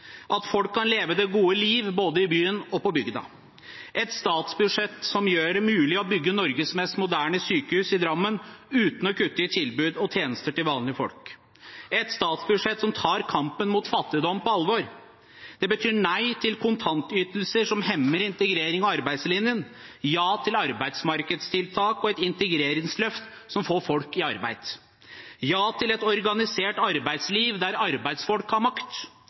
at folk kan leve det gode liv både i byen og på bygda, et statsbudsjett som gjør det mulig å bygge Norges mest moderne sykehus i Drammen uten å kutte i tilbud og tjenester til vanlige folk, et statsbudsjett som tar kampen mot fattigdom på alvor. Det betyr nei til kontantytelser som hemmer integrering og arbeidslinjen, ja til arbeidsmarkedstiltak og et integreringsløft som får folk i arbeid, ja til et organisert arbeidsliv der arbeidsfolk har makt,